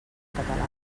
català